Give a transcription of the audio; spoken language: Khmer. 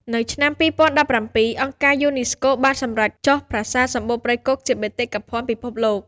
នៅឆ្នាំ ២០១៧ អង្គការយូណេស្កូបានសម្រេចចុះប្រាសាទសំបូរព្រៃគុកជាបេតិកភណ្ឌពិភពលោក។